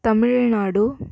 Tamil Nadu